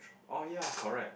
oh ya correct